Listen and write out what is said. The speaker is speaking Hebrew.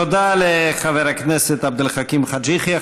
תודה לחבר הכנסת עבד אל חכים חאג' יחיא.